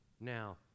now